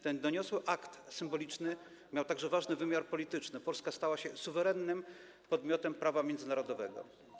Ten doniosły akt symboliczny miał także ważny wymiar polityczny - Polska stała się suwerennym podmiotem prawa międzynarodowego.